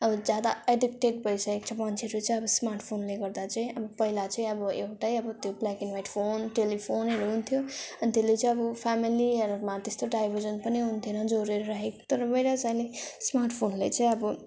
अब ज्यादा एडिक्टेड भइसकेको छ मान्छेहरू चाहिँ अब स्मार्ट फोनले गर्दा चाहिँ अब पहिला चाहिँ अब एउटै अब त्यो ब्ल्याक एन्ड वाइट फोन टेलिफोनहरू हुन्थ्यो अनि त्यसले चाहिँ अब फ्यामिलीहरूमा त्यस्तो डाइभर्जन पनि हुने थिएन जोडेर राखेको तर वेयर एज अहिले स्मार्ट फोनले चाहिँ अब